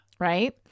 Right